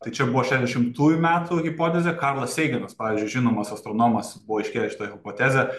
tai čia buvo šešiasdešimtųjų metų hipotezė karlas seigenas pavyzdžiui žinomas astronomas buvo iškėlęs šitą hipotezę